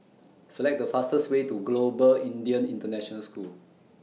Select The fastest Way to Global Indian International School